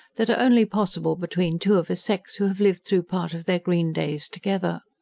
that are only possible between two of a sex who have lived through part of their green days together.